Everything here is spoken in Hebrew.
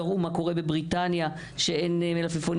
קראו מה קורה בבריטניה שאין מלפפונים